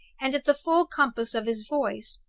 and at the full compass of his voice.